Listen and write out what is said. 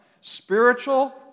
Spiritual